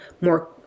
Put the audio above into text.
more